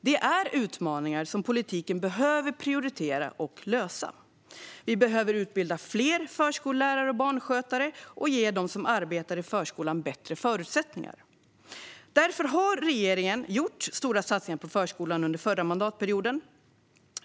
Det är utmaningar som politiken behöver prioritera och lösa. Vi behöver utbilda fler förskollärare och barnskötare och ge dem som arbetar i förskolan bättre förutsättningar. Därför har regeringen gjort stora satsningar på förskolan under förra mandatperioden.